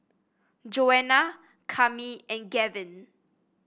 Joanna Cami and Gavin